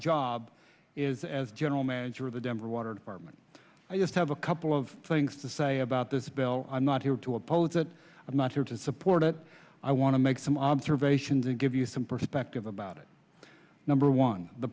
job is as general manager of the denver water department i just have a couple of things to say about this bill i'm not here to oppose it i'm not here to support it i want to make some obs survey sions and give you some perspective about it number one the